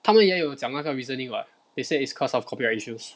他们也有讲那个 reasoning [what] they said it's cause of copyright issues